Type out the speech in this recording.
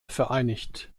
vereinigt